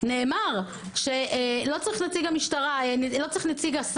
נאמר שלא צריך נציג השר